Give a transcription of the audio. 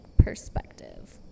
perspective